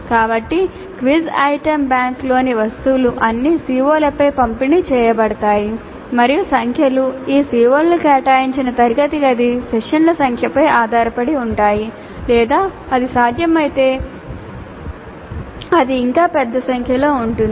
కాబట్టి quiz item బ్యాంక్లోని వస్తువులు అన్ని COలపై పంపిణీ చేయబడతాయి మరియు సంఖ్యలు ఈ CO లకు కేటాయించిన తరగతి గది సెషన్ల సంఖ్యపై ఆధారపడి ఉంటాయి లేదా అది సాధ్యమైతే అది ఇంకా పెద్ద సంఖ్యలో ఉంటుంది